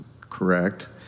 correct